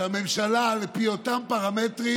שהממשלה, על פי אותם פרמטרים,